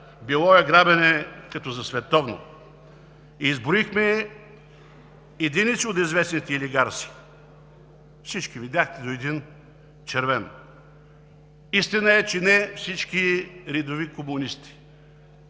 Било е грабене като за световно! Изброихме единици от известните олигарси. Всички видяхте – до един червени. Истината е, че не всички редови комунисти,